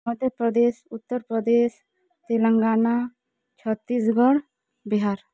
ମଧ୍ୟ ପ୍ରଦେଶ ଉତ୍ତର ପ୍ରଦେଶ ତେଲେଙ୍ଗାନା ଛତିଶଗଡ଼ ବିହାର